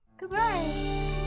Goodbye